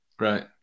right